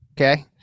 Okay